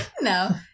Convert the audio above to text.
no